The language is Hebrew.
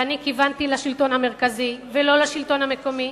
וכיוונתי לשלטון המרכזי ולא לשלטון המקומי.